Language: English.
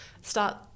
start